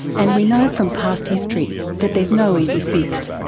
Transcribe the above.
and we know from past history that there's no easy fix.